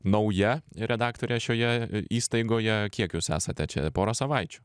nauja redaktorė šioje įstaigoje kiek jūs esate čia porą savaičių